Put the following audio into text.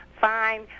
fine